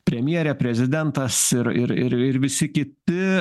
premjerė prezidentas ir ir ir ir visi kiti